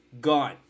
Gone